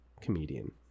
comedian